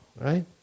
right